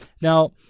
Now